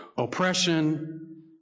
Oppression